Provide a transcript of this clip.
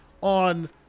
on